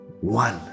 one